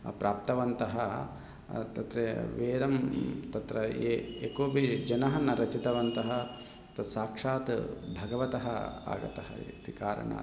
प्राप्तवन्तः तत्र वेदं तत्र ये यः कोपि जनः न रचितवन्तः तस्साक्षात् भगवतः आगतः इति कारणात्